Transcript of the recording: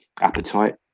appetite